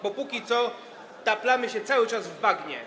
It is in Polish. Bo póki co taplamy się cały czas w bagnie.